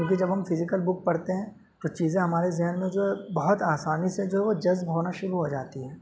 کیوںکہ جب ہم فزیکل بک پڑھتے ہیں تو چیزیں ہمارے ذہن میں جو ہے بہت آسانی سے جو ہے وہ جذب ہونا شروع ہو جاتی ہیں